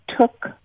took